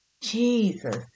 Jesus